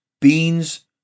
beans